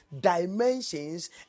dimensions